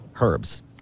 herbs